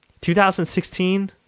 2016